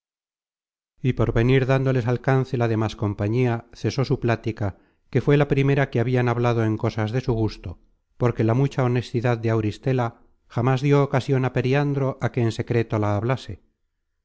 y por venir dándoles alcance la demas compañía cesó su plática que fué la primera que habian hablado en cosas de su gusto porque la mucha honestidad de auristela jamas dió ocasion á periandro á que en secreto la hablase